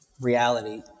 reality